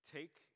take